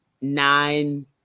nine